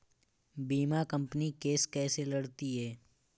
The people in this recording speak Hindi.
बीमा कंपनी केस कैसे लड़ती है?